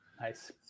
nice